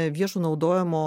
viešo naudojimo